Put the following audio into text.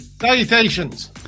Salutations